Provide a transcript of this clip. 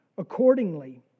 accordingly